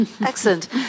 Excellent